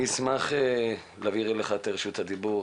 אני אשמח להעביר אליך את רשות הדיבור,